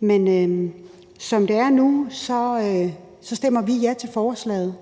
Men som det er nu, stemmer vi ja til forslaget,